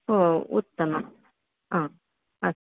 ओ उत्तमम् आ अस्